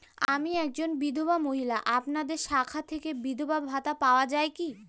আমি একজন বিধবা মহিলা আপনাদের শাখা থেকে বিধবা ভাতা পাওয়া যায় কি?